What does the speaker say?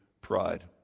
pride